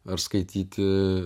ar skaityti